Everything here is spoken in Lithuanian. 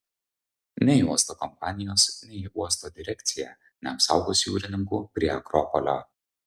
nei uosto kompanijos nei uosto direkcija neapsaugos jūrininkų prie akropolio